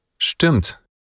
Stimmt